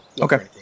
Okay